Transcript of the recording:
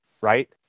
right